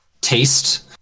taste